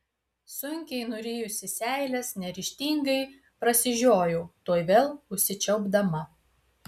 sunkiai nurijusi seiles neryžtingai prasižiojau tuoj vėl užsičiaupdama